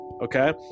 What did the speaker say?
Okay